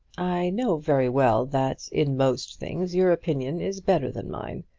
i know very well that in most things your opinion is better than mine.